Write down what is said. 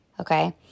Okay